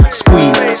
squeeze